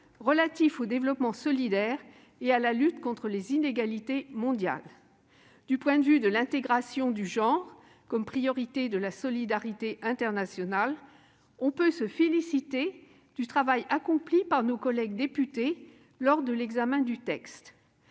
relatif au développement solidaire et à la lutte contre les inégalités mondiales. Du point de vue de l'intégration du genre comme priorité de la solidarité internationale, on peut se féliciter du travail accompli par nos collègues députés lors de l'examen du texte.